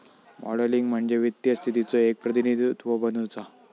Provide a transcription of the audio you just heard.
modelling म्हणजे वित्तीय स्थितीचो एक प्रतिनिधित्व बनवुचा